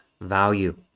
value